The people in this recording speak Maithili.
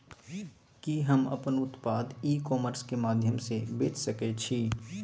कि हम अपन उत्पाद ई कॉमर्स के माध्यम से बेच सकै छी?